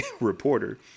reporter